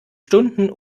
stunden